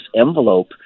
envelope